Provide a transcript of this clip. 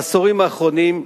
בעשורים האחרונים,